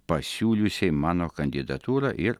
pasiūliusiai mano kandidatūrą ir